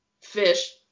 fish